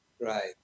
Right